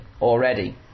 already